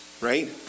Right